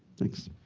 thanks.